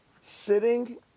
sitting